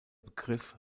begriff